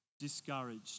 discouraged